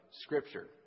Scripture